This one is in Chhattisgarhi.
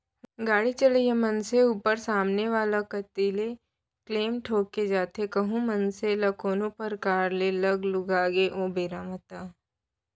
गाड़ी चलइया मनसे ऊपर सामने वाला कोती ले क्लेम ठोंके जाथे कहूं मनखे ल कोनो परकार ले लग लुगा गे ओ बेरा म ता